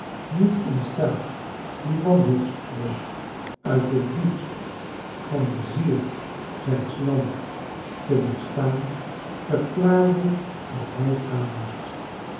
niet in staat dien wanhoopskreet uit het diepst van de ziel zijns lands te weetstaan verklaarde dat hij gaan moest